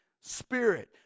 Spirit